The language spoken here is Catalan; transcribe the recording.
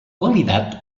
validat